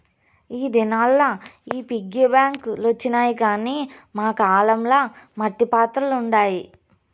ఈ దినాల్ల ఈ పిగ్గీ బాంక్ లొచ్చినాయి గానీ మా కాలం ల మట్టి పాత్రలుండాయి